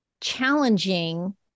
challenging